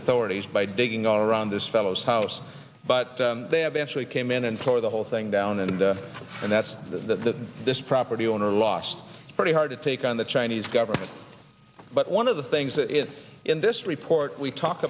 authorities by digging on around this fellow's house but they have actually came in and tore the whole thing down and and that's the this property owner lost pretty hard to take on the chinese government but one of the things that is in this report we talk